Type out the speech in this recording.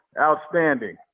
outstanding